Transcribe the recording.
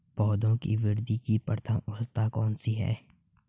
पौधों की वृद्धि की प्रथम अवस्था कौन सी है?